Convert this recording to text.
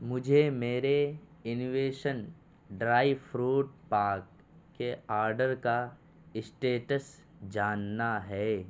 مجھے میرے انویشن ڈرائی فروٹ پاک کے آرڈر کا اسٹیٹس جاننا ہے